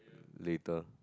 later